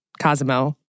Cosimo